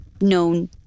known